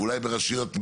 ואולי ברשויות,